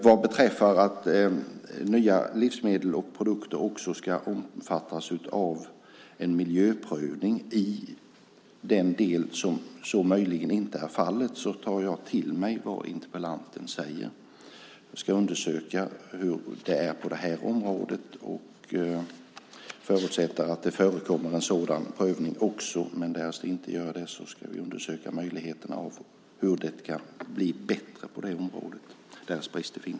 Vad beträffar att nya livsmedel och produkter också ska omfattas av en miljöprövning i den del som möjligen inte är fallet här tar jag till mig vad interpellanten säger. Jag ska undersöka hur det är på det här området. Jag förutsätter att det förekommer en sådan prövning också, men därest det inte gör det eller det finns brister ska jag undersöka möjligheten av att det kan bli bättre på området.